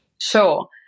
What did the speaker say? Sure